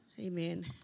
Amen